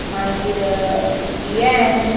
मागीर येन